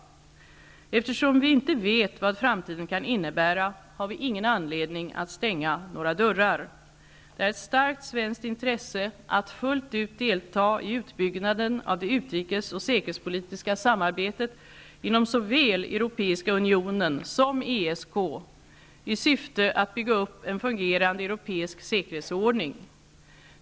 Eftersom vi inte vet vad framtiden kan innebära har vi ingen anledning att stänga några dörrar. Det är ett starkt svenskt intresse att fullt ut delta i utbyggnaden av det utrikes och säkerhetspolitiska samarbetet inom såväl Europeiska unionen som ESK i syfte att bygga upp en fungerande europeisk säkerhetsordning.